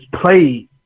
played